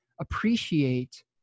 appreciate